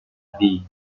lee